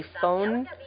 phone